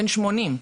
בן 80,